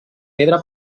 pedra